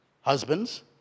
Husbands